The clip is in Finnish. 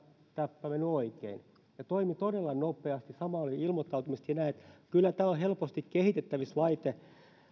täppä mennyt oikein ja toimi todella nopeasti sama oli ilmoittautumiset ja näin kyllä tämä on helposti kehitettävissä